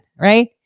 right